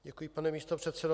Děkuji, pane místopředsedo.